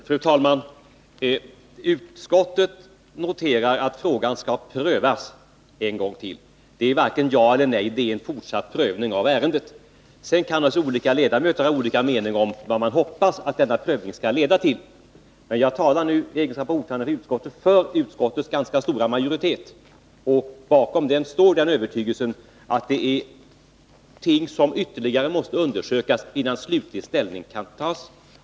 Fru talman! Utskottet noterar att frågan skall prövas en gång till. Det är varken ja eller nej — det är en fortsatt prövning av ärendet. Sedan kan olika ledamöter naturligtvis ha olika mening om vad man hoppas att denna prövning skall leda till. Men jag talar nu i egenskap av utskottets ordförande för utskottets stora majoritet. Bakom majoritetens uppfattning står övertygelsen att ytterligare undersökningar måste göras, innan slutlig ställning kan tas.